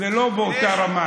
זה לא באותה רמה.